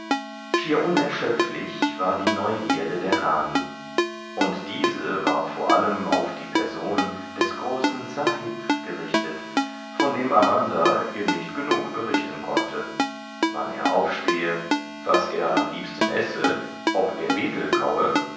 schier unerschöpflich war die neugierde der rani und diese war vor allem auf die person des großen sahib gerichtet von dem amanda ihr nicht genug berichten konnte wann er aufstehe was er am liebsten esse ob er betel kaue